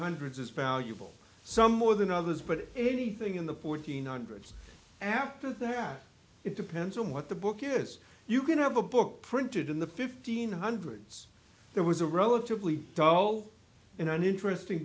hundreds is valuable some more than others but anything in the fourteen hundreds after that it depends on what the book is you can have a book printed in the fifteen hundreds there was a relatively low in an interesting